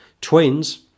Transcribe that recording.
twins